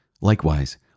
Likewise